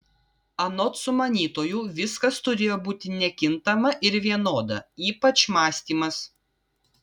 anot sumanytojų viskas turėjo būti nekintama ir vienoda ypač mąstymas